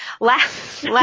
last